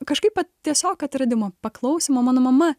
kažkaip vat tiesiog atradimo paklausimo mano mama